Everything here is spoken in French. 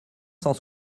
cent